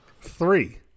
Three